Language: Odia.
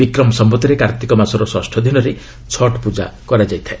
ବିକ୍ରମ ସମ୍ଭତ୍ରେ କାର୍ଭିକ ମାସର ଷଷ୍ଠ ଦିନରେ ଛଟ୍ ପୂଜା କରାଯାଏ